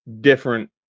different